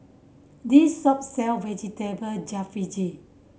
this shop sell Vegetable Jalfrezi